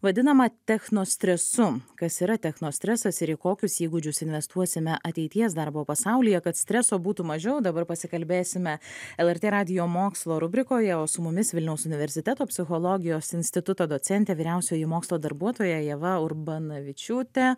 vadinamą techno stresu kas yra techno stresas ir į kokius įgūdžius investuosime ateities darbo pasaulyje kad streso būtų mažiau dabar pasikalbėsime lrt radijo mokslo rubrikoje o su mumis vilniaus universiteto psichologijos instituto docentė vyriausioji mokslo darbuotoja ieva urbanavičiūtė